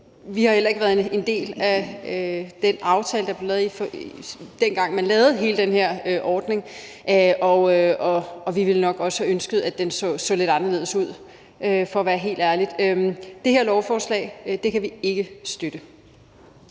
Vi har heller ikke været en del af den aftale, der blev lavet, dengang man lavede hele den her ordning, og – for at være helt ærlig – ville vi nok også have ønsket, at den så lidt anderledes ud. Det her lovforslag kan vi ikke støtte.